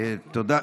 תודה.